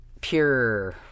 pure